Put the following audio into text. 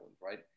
right